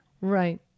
right